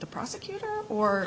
the prosecutor or